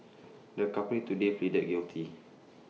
the company today pleaded guilty